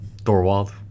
Thorwald